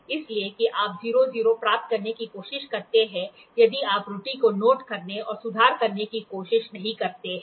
इसलिए कि आप 0 0 प्राप्त करने की कोशिश करते हैं यदि आप त्रुटि को नोट करने और सुधार करने की कोशिश नहीं करते हैं